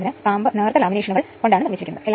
സാധ്യമായ രണ്ട് കണക്ഷനുകൾ സാധ്യമാകുന്നത് എങ്ങനെ ചെയ്യും